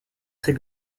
ces